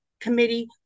committee